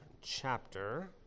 chapter